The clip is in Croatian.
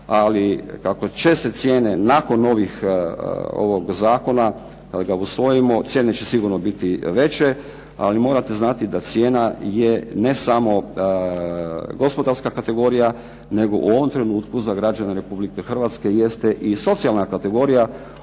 Ali kako će se cijene nakon ovog zakona kad ga usvojimo cijene će sigurno biti veće. Ali morate znati da cijena je ne samo gospodarska kategorija, nego u ovom trenutku za građane Republike Hrvatske jeste i socijalna kategorija